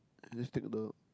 at least take the